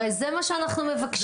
הרי זה מה שאנחנו מבקשים.